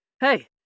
Hey